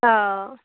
অঁ